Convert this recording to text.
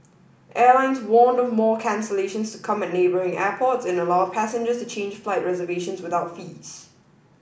airlines warned of more cancellations to come at neighbouring airports and allowed passengers to change flight reservations without fees